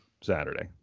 saturday